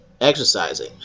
exercising